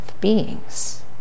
beings